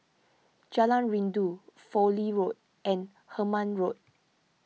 Jalan Rindu Fowlie Road and Hemmant Road